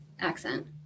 accent